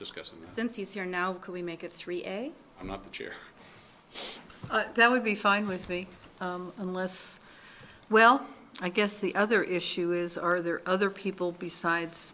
discuss and since he's here now can we make it three a i'm not the chair that would be fine with me unless well i guess the other issue is are there other people besides